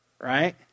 right